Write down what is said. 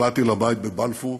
כשבאתי לבית בבלפור